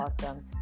awesome